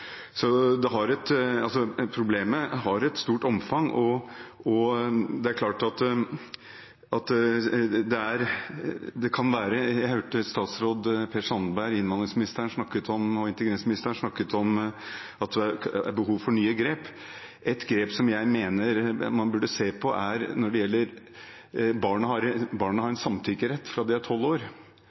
problemet har et stort omfang. Jeg hørte statsråd Per Sandberg, innvandrings- og integreringsministeren, snakke om at det er behov for nye grep. Et grep som jeg mener man burde se på, er: Barn har en samtykkerett fra de er tolv år.